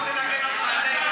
אתה רוצה להגן על חיילי צה"ל?